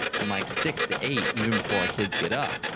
from like six to eight, even before our kids get up,